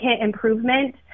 improvement